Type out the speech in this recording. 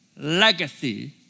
legacy